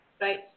right